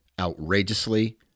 outrageously